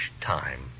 time